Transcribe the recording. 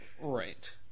Right